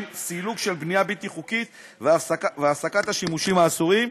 סילוק של הבנייה הבלתי-חוקית והפסקת השימושים האסורים,